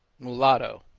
mulatto,